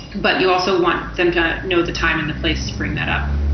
but you also want them to know the time and the place to bring that up.